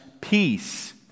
peace